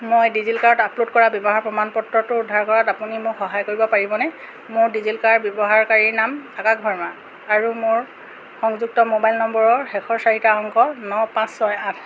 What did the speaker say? মই ডিজিলকাৰত আপলোড কৰা বিবাহৰ প্ৰমাণপত্ৰটো উদ্ধাৰ কৰাত আপুনি মোক সহায় কৰিব পাৰিবনে মোৰ ডিজিলকাৰ ব্যৱহাৰকাৰী নাম আকাশ ভাৰ্মা আৰু মোৰ সংযুক্ত মোবাইল নম্বৰৰ শেষৰ চাৰিটা অংক ন পাঁচ ছয় আঠ